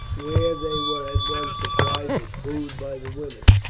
where they were at once supplied with food by the women.